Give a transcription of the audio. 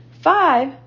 Five